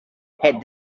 had